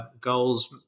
goals